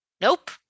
Nope